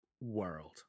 world